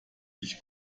sich